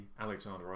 Alexander